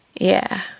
Yeah